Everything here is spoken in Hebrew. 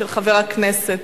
של חבר הכנסת